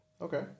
okay